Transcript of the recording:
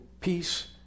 peace